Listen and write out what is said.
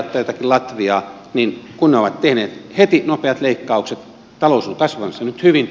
kun ne ovat tehneet heti nopeat leikkaukset talous on kasvamassa nyt hyvin